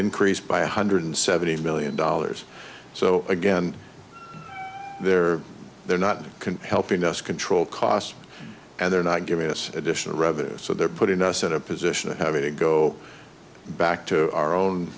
increased by one hundred seventy million dollars so again they're they're not can helping us control costs and they're not giving us additional revenue so they're putting us in a position of having to go back to our own